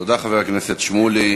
תודה, חבר הכנסת שמולי.